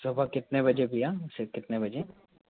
सुबह कितने बजे भईया से कितने बजे